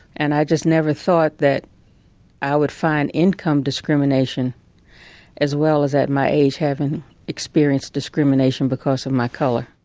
and i just never thought that i would find income discrimination as well as, at my age, having experienced discrimination because of my color.